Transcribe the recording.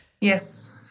Yes